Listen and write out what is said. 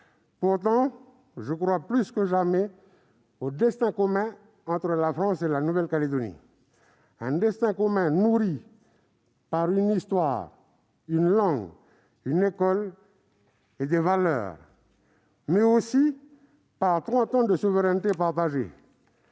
Pourtant, je crois plus que jamais au destin commun entre la France et la Nouvelle-Calédonie, un destin commun nourri par une histoire, une langue, une école et des valeurs, mais aussi par trente ans de souveraineté partagée.